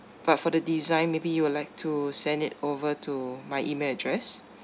but for the design maybe you would like to send it over to my email address